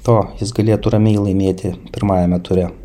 to jis galėtų ramiai laimėti pirmajame ture